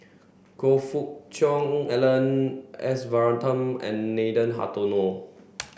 Choe Fook Cheong Alan S Varathan and Nathan Hartono